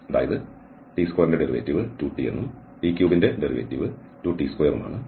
അതായത് t2 ൻറെ derivative 2t യും t3 ൻറെ ഡെറിവേറ്റീവ് 2t2 ഉം ആണ്